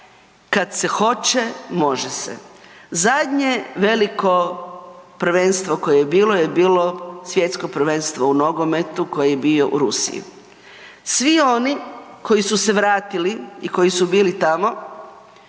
kad se hoće može se. Zadnje veliko prvenstvo koje je bilo je bilo Svjetsko prvenstvo u nogometu koji je bio u Rusiji. Svi oni koji su se vratili i koji su bili tamo,